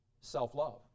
Self-love